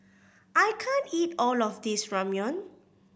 I can't eat all of this Ramyeon